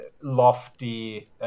lofty